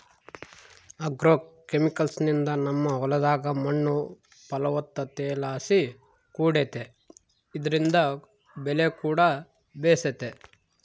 ಆಗ್ರೋಕೆಮಿಕಲ್ಸ್ನಿಂದ ನಮ್ಮ ಹೊಲದಾಗ ಮಣ್ಣು ಫಲವತ್ತತೆಲಾಸಿ ಕೂಡೆತೆ ಇದ್ರಿಂದ ಬೆಲೆಕೂಡ ಬೇಸೆತೆ